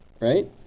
Right